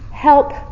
Help